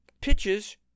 pitches